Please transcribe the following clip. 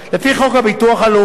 לפי חוק הביטוח הלאומי ,